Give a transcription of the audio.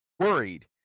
Worried